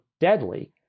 Deadly